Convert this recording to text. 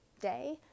day